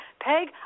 Peg